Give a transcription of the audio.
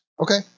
Okay